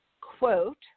quote